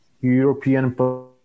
European